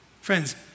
Friends